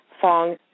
Fong